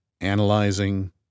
Analyzing